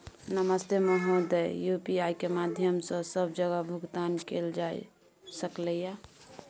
नमस्ते महोदय, यु.पी.आई के माध्यम सं सब जगह भुगतान कैल जाए सकल ये?